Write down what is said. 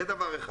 זה דבר ראשון.